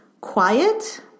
quiet